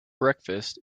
breakfast